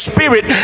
spirit